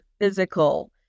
physical